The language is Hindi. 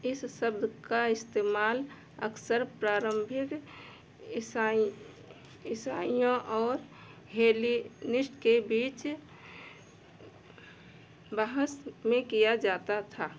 इस शब्द का इस्तेमाल अक्सर प्रारम्भिक ईसाईं ईसाइयों और हेलिनिस्ट के बीच बहस में किया जाता था